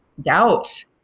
doubt